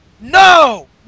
No